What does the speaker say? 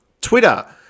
Twitter